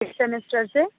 کس سیمسٹر سے